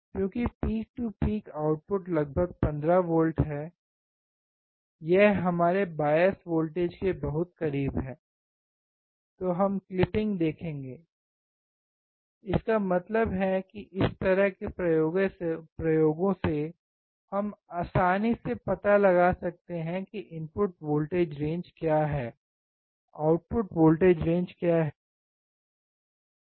क्योंकि peak to peak output लगभग 15 volt है यह हमारे बायस वोल्टेज के बहुत करीब है तो हम क्लिपिंग देखेंगे इसका मतलब है कि इस तरह के प्रयोगों से हम आसानी से पता लगा सकते हैं कि इनपुट वोल्टेज रेंज क्या है आउटपुट वोल्टेज रेंज क्या है